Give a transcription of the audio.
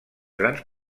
grans